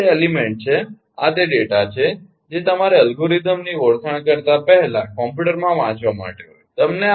આ તે એલીમેન્ટ છે આ તે ડેટા છે જે તમારે એલ્ગોરિધમની ઓળખાણ કરતાં પહેલા કમ્પ્યુટરમાં વાંચવા માટે હોય છે